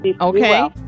Okay